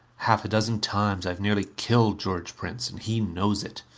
half a dozen times i have nearly killed george prince, and he knows it.